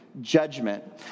judgment